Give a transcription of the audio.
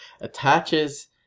attaches